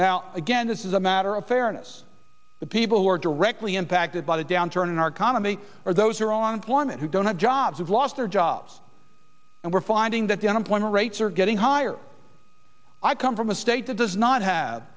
now again this is a matter of fairness the people who are directly impacted by the downturn in our comedy are those who are on employment who don't have jobs who've lost their jobs and we're finding that the unemployment rates are getting higher i come from a state that does not have